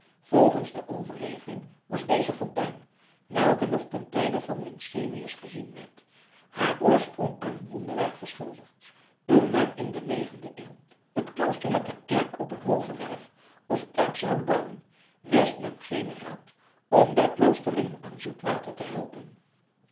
volgens de overlevering was deze fontein welke nog ten tijde van winsemius gezien werd haar oorsprong aan een wonderwerk verschuldigd toen men in de negende eeuw het klooster met de kerk op een hooge werf of terp zoude bouwen wist men geen raad om de kloosterlingen aan zoet water te helpen